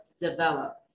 develop